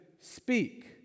speak